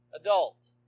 adult